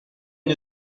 une